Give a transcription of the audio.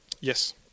Yes